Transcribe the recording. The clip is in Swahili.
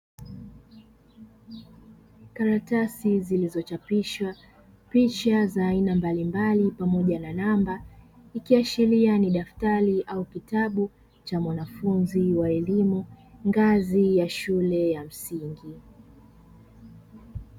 Karatasi zilizochapishwa picha za aina mbalimbali pamoja na namba, ikiashiria ni daftari au kitabu cha mwanafunzi wa elimu ngazi ya shule ya msingi.